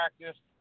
practice